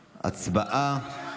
הצבעה.